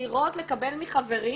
וסבירות לקבל מחברים,